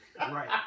Right